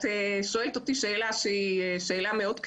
את שואלת אותי שאלה שהיא שאלה מאוד כאובה.